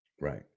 Right